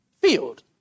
field